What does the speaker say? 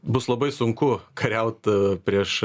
bus labai sunku kariaut prieš